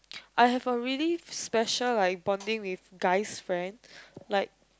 I have a really special like bonding with guys friend like